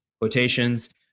quotations